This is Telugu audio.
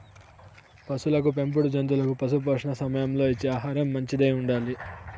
పసులకు పెంపుడు జంతువులకు పశుపోషణ సమయంలో ఇచ్చే ఆహారం మంచిదై ఉండాలి